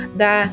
da